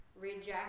reject